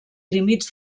límits